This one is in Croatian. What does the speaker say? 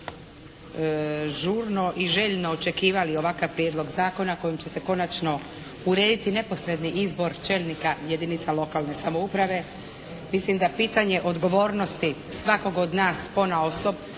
žurno i željno očekivali ovakav Prijedlog zakona kojim će se konačno urediti neposredni izbor čelnika jedinica lokalne samouprave mislim da pitanje odgovornosti svakog od nas ponaosob